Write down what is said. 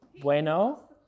Bueno